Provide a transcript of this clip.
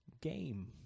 game